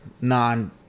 non